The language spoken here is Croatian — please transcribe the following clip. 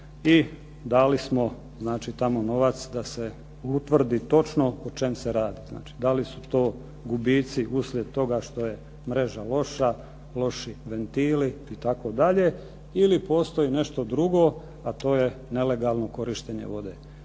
i dali smo tamo novac da se točno utvrdi o čemu se radi, da li su to gubici uslijed toga što je mreža loša, loši ventili itd., ili postoji nešto drugo, a to je nelegalno korištenje vode.